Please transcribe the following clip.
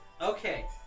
Okay